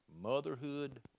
motherhood